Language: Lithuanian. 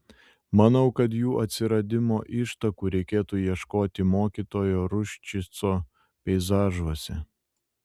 manau kad jų atsiradimo ištakų reikėtų ieškoti mokytojo ruščico peizažuose